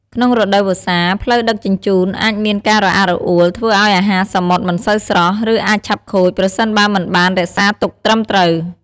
ក្នុងរដូវវស្សា ផ្លូវដឹកជញ្ជូនអាចមានការរអាក់រអួល ធ្វើឱ្យអាហារសមុទ្រមិនសូវស្រស់ ឬអាចឆាប់ខូចប្រសិនបើមិនបានរក្សាទុកត្រឹមត្រូវ។